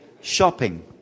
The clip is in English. Shopping